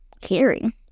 caring